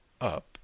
up